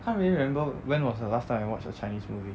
can't really remember when was the last time I watched a chinese movie